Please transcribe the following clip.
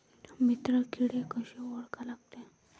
मित्र किडे कशे ओळखा लागते?